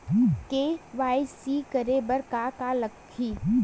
KYC करे बर का का लगही?